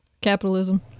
Capitalism